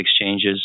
exchanges